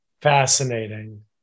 fascinating